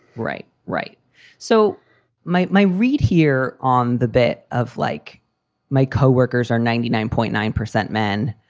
right. right so my my read here on the bit of like my coworkers are ninety nine point nine percent men.